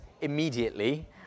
immediately